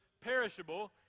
perishable